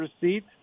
receipt